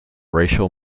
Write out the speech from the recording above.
racial